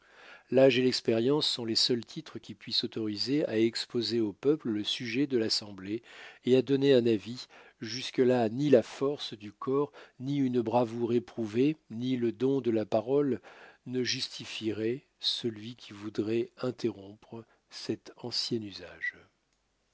l'âge et l'expérience sont les seuls titres qui puissent autoriser à exposer au peuple le sujet de l'assemblée et à donner un avis jusque là ni la force du corps ni une bravoure éprouvée ni le don de la parole ne justifieraient celui qui voudrait interrompre cet ancien usage